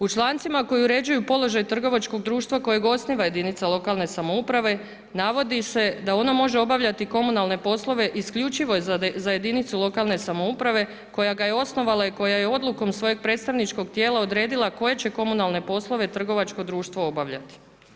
U člancima koji uređuju položaja trgovačkog društva kojeg osniva jedinica lokalne samouprave, navodi se da ona može obavljati komunalne poslove isključivo za jedinicu lokalne samouprave koja ga je osnovala i koja je odlukom svojeg predstavničkog tijela odredila koje će komunalne poslove trgovačko društvo obavljati.